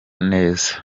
neza